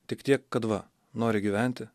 tik tiek kad va nori gyventi